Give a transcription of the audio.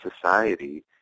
society